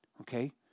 Okay